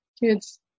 kids